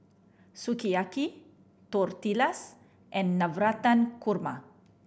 Sukiyaki Tortillas and Navratan Korma